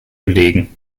belegen